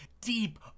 deep